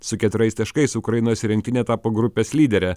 su keturiais taškais ukrainos rinktinė tapo grupės lydere